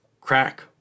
crack